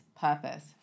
purpose